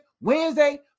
Wednesday